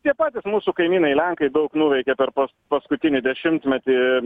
tie patys mūsų kaimynai lenkai daug nuveikė per pas paskutinį dešimtmetį